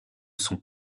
son